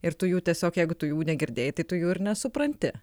ir tu jų tiesiog jeigu tu jų negirdėjai tai tu jų ir nesupranti